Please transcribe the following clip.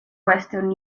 western